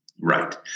right